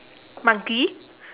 monkey